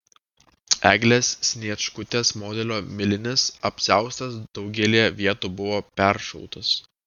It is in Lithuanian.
eglės sniečkutės modelio milinis apsiaustas daugelyje vietų buvo peršautas